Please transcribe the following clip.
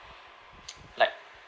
like